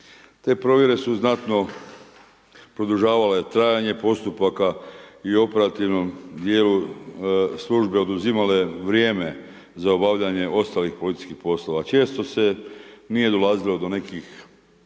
Te provjere su znatno produžavale trajanje postupaka i operativnom dijelu službe oduzimale vrijeme za obavljanje ostalih policijskih poslova. Često se nije dolazilo do nekih